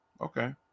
Okay